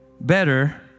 Better